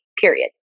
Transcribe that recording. period